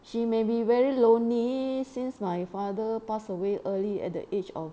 she may be very lonely since my father passed away early at the age of